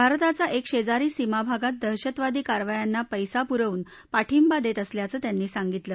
भारताचा एक शेजारी सीमा भागात दहशतवादी कारवायांना पैसा पुरवून पाठिबा देत असल्याचं त्यांनी सांगितलं